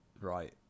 Right